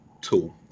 tool